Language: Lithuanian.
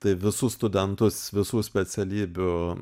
tai visus studentus visų specialybių